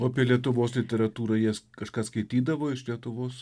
o apie lietuvos literatūrą jie kažką skaitydavo iš lietuvos